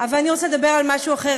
אבל אני רוצה לדבר על משהו אחר,